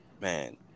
man